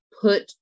put